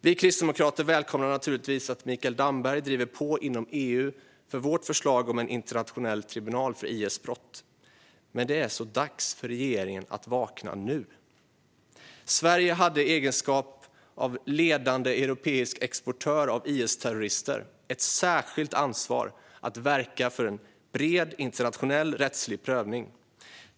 Vi kristdemokrater välkomnar naturligtvis att Mikael Damberg driver på inom EU för vårt förslag om en internationell tribunal för IS brott, men det är så dags för regeringen att vakna nu. Sverige hade i egenskap av ledande europeisk exportör av IS-terrorister ett särskilt ansvar att verka för en bred internationell rättslig prövning.